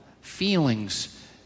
feelings